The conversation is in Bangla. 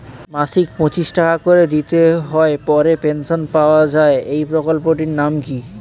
মাসিক পঁচিশ টাকা করে দিতে হয় পরে পেনশন পাওয়া যায় এই প্রকল্পে টির নাম কি?